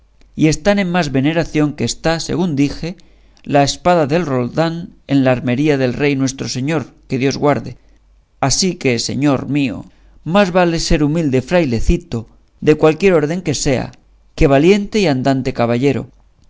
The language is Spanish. y están en más veneración que está según dije la espada de roldán en la armería del rey nuestro señor que dios guarde así que señor mío más vale ser humilde frailecito de cualquier orden que sea que valiente y andante caballero